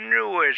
newest